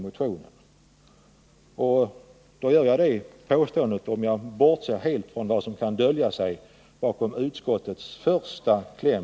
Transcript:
Då jag gör det bortser jag helt från vad som kan dölja sig bakom ”m.m.” i utskottets första kläm.